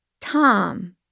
Tom